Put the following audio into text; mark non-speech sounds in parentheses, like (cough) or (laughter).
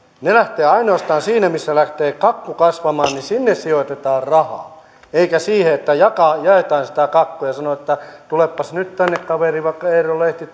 ne lähtevät ainoastaan sinne missä lähtee kakku kasvamaan sinne sijoitetaan rahaa eikä siihen että jaetaan sitä kakkua ja sanotaan että tulepas nyt tänne kaveri vaikka eero lehti (unintelligible)